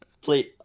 please